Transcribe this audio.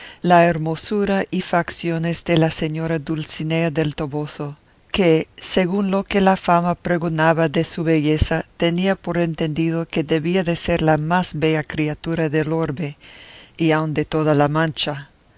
la hermosura y facciones de la señora dulcinea del toboso que según lo que la fama pregonaba de su belleza tenía por entendido que debía de ser la más bella criatura del orbe y aun de toda la mancha